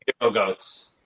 goats